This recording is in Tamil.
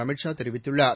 அமித் ஷா தெரிவித்துள்ளார்